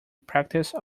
practice